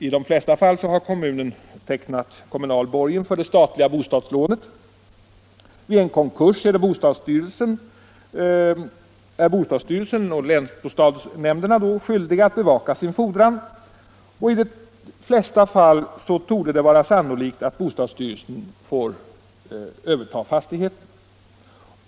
I de flesta fall har kommunen tecknat kommunal borgen för det statliga bostadslånet. Vid en konkurs är bostadsstyrelsen och länsbostadsnämnderna skyldiga att bevaka sin fordran, och i de flesta fall torde det vara sannolikt att bostadsstyrelsen får överta fastigheten.